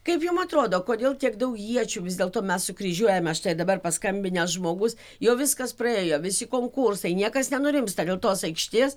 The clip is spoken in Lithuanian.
kaip jum atrodo kodėl tiek daug iečių vis dėlto mes sukryžiuojame štai dabar paskambinęs žmogus jau viskas praėjo visi konkursai niekas nenurimsta dėl tos aikštės